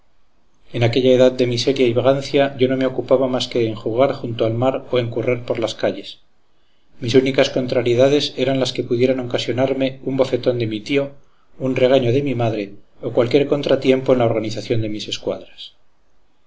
en aquella edad de miseria y vagancia yo no me ocupaba más que en jugar junto a la mar o en correr por las calles mis únicas contrariedades eran las que pudieran ocasionarme un bofetón de mi tío un regaño de mi madre o cualquier contratiempo en la organización de mis escuadras